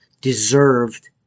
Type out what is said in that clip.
deserved